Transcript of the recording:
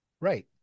Right